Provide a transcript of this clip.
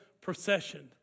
procession